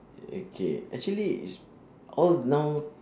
okay actually is all now